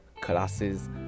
classes